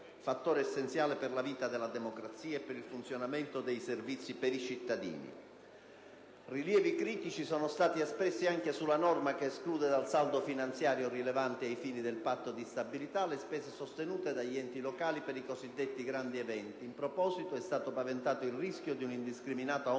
fattore essenziale per la vita della democrazia e per il funzionamento dei servizi per i cittadini. Rilievi critici sono stati espressi anche sulla norma che esclude dal saldo finanziario, rilevante ai fini del Patto di stabilità, le spese sostenute dagli enti locali per i cosiddetti grandi eventi: in proposito, è stato paventato il rischio di un indiscriminato